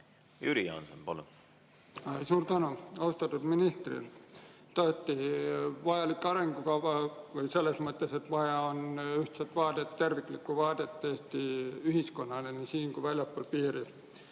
Jüri Jaanson, palun! Suur tänu! Austatud minister! Tõesti vajalik arengukava selles mõttes, et vaja on ühtset vaadet, terviklikku vaadet Eesti ühiskonnale nii siin kui ka väljaspool piire.